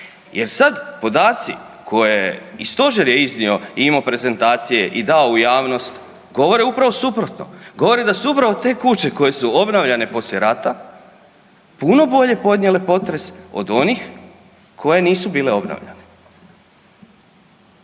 jer sad podaci koje i stožer je iznio i imao prezentacije i dao u javnost govore upravo suprotno, govore da su upravo te kuće koje su obnavljane poslije rata puno bolje podnijele potres od onih koje nisu bile obnavljane.